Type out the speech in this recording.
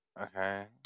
Okay